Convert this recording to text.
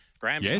Graham